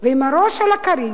ועם הראש על הכרית,